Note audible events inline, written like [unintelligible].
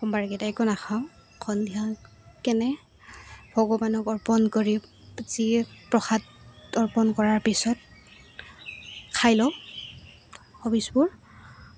সোমবাৰকেইটা একো নাখাওঁ সন্ধিয়া কেনে ভগৱানক অৰ্পণ কৰি যি প্ৰসাদ অৰ্পণ কৰাৰ পিছত খাই লওঁ [unintelligible] বোৰ